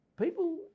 people